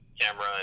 camera